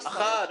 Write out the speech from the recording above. אחת?